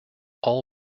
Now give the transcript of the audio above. all